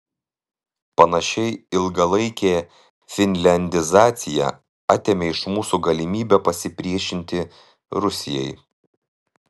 panašiai ilgalaikė finliandizacija atėmė iš mūsų galimybę pasipriešinti rusijai